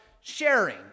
sharing